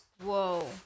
Whoa